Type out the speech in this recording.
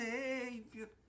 Savior